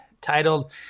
titled